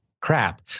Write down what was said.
crap